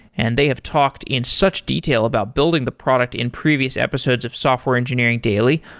and they have talked in such detail about building the product in previous episodes of software engineering daily.